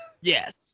Yes